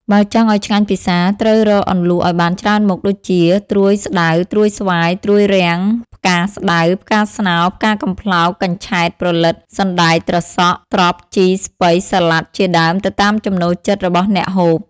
បើចង់ឱ្យឆ្ងាញ់ពិសា ត្រូវរកអន្លក់ឱ្យបានច្រើនមុខ ដូចជា ត្រួយស្ដៅ ត្រួយស្វាយ ត្រួយរាំង ផ្កាស្ដៅ ផ្កាស្នោ ផ្កាកំប្លោក កញ្ឆែត ព្រលិត សណ្ដែក ត្រសក់ ត្រប់ ជី ស្ពៃ សាលាដ ជាដើម ទៅតាមចំណូលចិត្តរបស់អ្នកហូប។